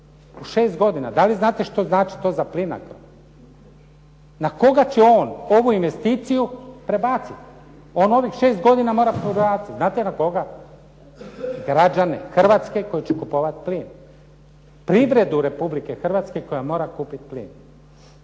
otplatiti. Da li znate što znači to za Plinacro? Na koga će on ovu investiciju prebaciti? On ovih šest godina mora prebaciti, znate na koga? Građane Hrvatske koji će kupovati plin, privredu Republike Hrvatske koja mora kupiti plin.